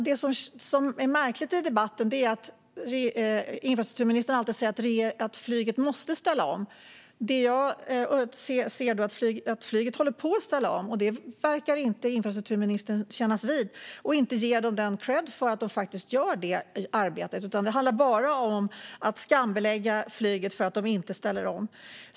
Men det som är märkligt i debatten är att infrastrukturministern alltid säger att flyget måste ställa om, medan jag ser att flyget håller på och ställer om. Det verkar infrastrukturministern inte kännas vid, och han ger inte flyget kredd för att man faktiskt gör det arbetet. I stället handlar det bara om att skambelägga flyget för att man inte ställer om.